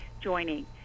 joining